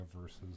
versus